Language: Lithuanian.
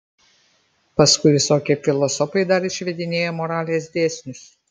paskui visokie filosofai dar išvedinėja moralės dėsnius